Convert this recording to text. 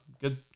good